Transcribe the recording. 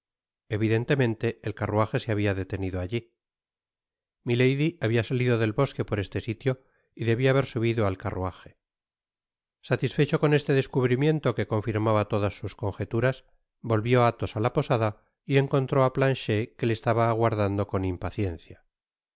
evidentemente el carruaje se habia detenido alli n m j milady habia salido del bosque por este sitio y debia haber subido al car ruaje u h i i satisfecho con este descubrimiento que confirmaba todas sus conjeturas volvió athos á la posada y encontró á planchet que le estaba aguardando con impaciencia